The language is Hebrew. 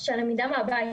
שהלמידה מהבית,